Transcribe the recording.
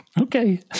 Okay